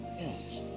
Yes